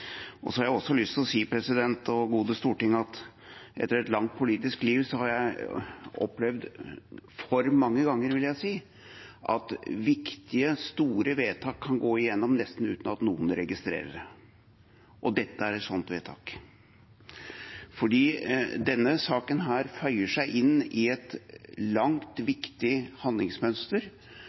har også lyst til å si – president og gode storting – at jeg etter et langt politisk liv har opplevd for mange ganger at viktige store vedtak kan gå gjennom nesten uten at noen registrerer det. Dette er et sånt vedtak, for denne saken føyer seg inn i et langt, viktig handlingsmønster